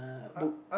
uh book